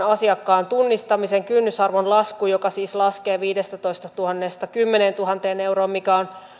asiakkaan tunnistamisen kynnysarvon lasku joka siis laskee viidestätoistatuhannesta kymmeneentuhanteen euroon mikä on